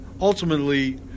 Ultimately